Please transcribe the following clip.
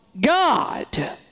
God